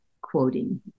quoting